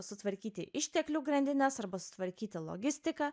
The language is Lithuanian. sutvarkyti išteklių grandines arba sutvarkyti logistiką